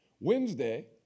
Wednesday